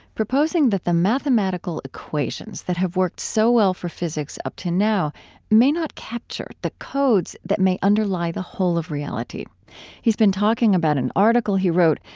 proposing that the mathematical equations that have worked so well for physics up to now may not capture the codes that may underlie the whole of reality he's been talking about an article he wrote,